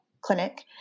clinic